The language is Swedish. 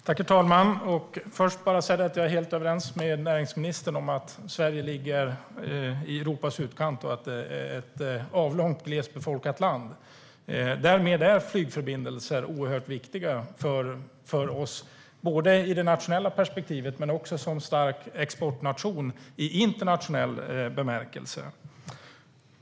Herr talman! Jag är helt överens med näringsministern om att Sverige ligger i Europas utkant och att det är ett avlångt glest befolkat land. Därmed är flygförbindelser oerhört viktiga för oss i det nationella perspektivet men också i internationell bemärkelse som en stark exportnation.